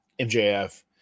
MJF